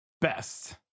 best